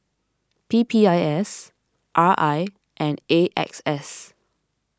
P P I S R I and A X S